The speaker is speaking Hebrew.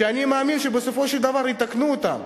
שאני מאמין שבסופו של דבר יתקנו אותם,